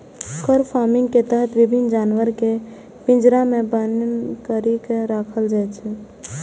फर farming के तहत विभिन्न जानवर कें पिंजरा मे बन्न करि के राखल जाइ छै